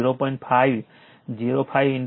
05 0